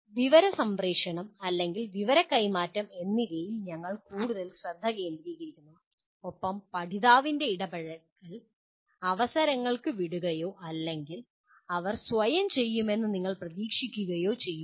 വിവര സംപ്രേക്ഷണം അല്ലെങ്കിൽ വിവര കൈമാറ്റം എന്നിവയിൽ ഞങ്ങൾ കൂടുതൽ ശ്രദ്ധ കേന്ദ്രീകരിക്കുന്നു ഒപ്പം പഠിതാവിൻ്റെ ഇടപഴകൽ അവസരങ്ങൾക്ക് വിടുകയോ അല്ലെങ്കിൽ അവർ സ്വയം ചെയ്യുമെന്ന് നിങ്ങൾ പ്രതീക്ഷിക്കുകയോ ചെയ്യുന്നു